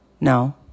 No